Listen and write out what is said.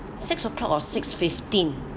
six o'clock or six fifteen